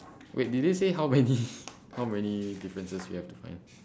wait did they say how many how many differences you have to find